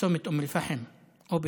בצומת אום אל-פחם או בטמרה,